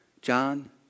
John